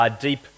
deep